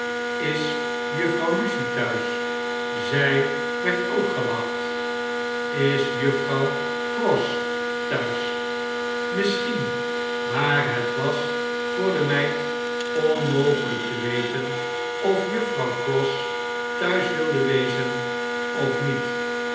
is juffrouw lucie thuis zij werd ook gewacht ls juffrouw pross thuis misschien maar het was voor de meid onmogelp te weten of juffrouw pross thuis wikle wezen of niet